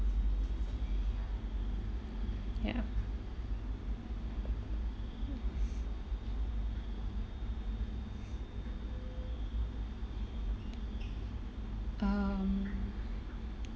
ya um